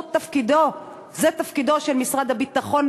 זה תפקידו של משרד הביטחון,